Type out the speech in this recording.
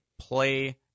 play